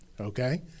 okay